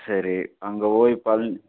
சரி அங்கே போய் பழனி